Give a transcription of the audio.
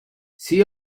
she